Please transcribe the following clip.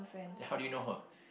yeah how do you know her